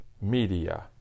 media